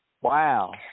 Wow